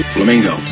Flamingo